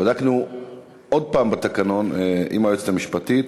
בדקנו עוד הפעם בתקנון עם היועצת המשפטית.